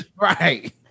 Right